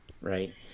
Right